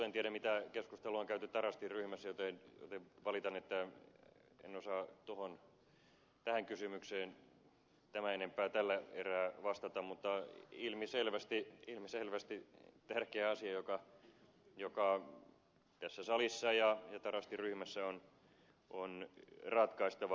en tiedä mitä keskustelua on käyty tarastin ryhmässä joten valitan että en osaa tähän kysymykseen tämän enempää tällä erää vastata mutta ilmiselvästi se on tärkeä asia joka tässä salissa ja tarastin ryhmässä on ratkaistava